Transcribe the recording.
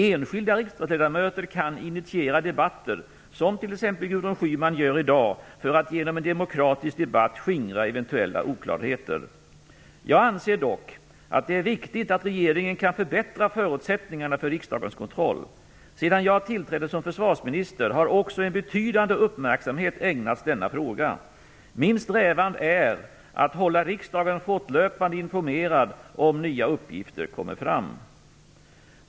Enskilda riksdagsledamöter kan initiera debatter, som t.ex. Gudrun Schyman gör i dag, för att genom en demokratisk debatt skingra eventuella oklarheter. Jag anser dock att det är viktigt att regeringen kan förbättra förutsättningarna för riksdagens kontroll. Sedan jag tillträdde som försvarsminister har också en betydande uppmärksamhet ägnats denna fråga. Min strävan är att hålla riksdagen fortlöpande informerad om nya uppgifter kommer fram.